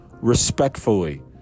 respectfully